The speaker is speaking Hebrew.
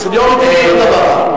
seniority זה לא דבר רע.